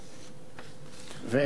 ואין צורך בדיון נוסף.